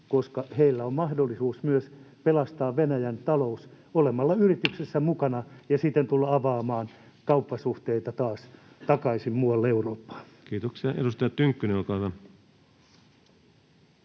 koska heillä on mahdollisuus myös pelastaa Venäjän talous olemalla yrityksissä mukana ja siten tulla avaamaan kauppasuhteita taas takaisin muualle Eurooppaan? [Speech 47] Speaker: Ensimmäinen